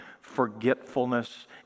forgetfulness